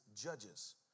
judges